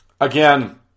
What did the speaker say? Again